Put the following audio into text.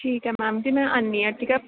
ठीक ऐ मैम जी में आन्नी आं ठीक ऐ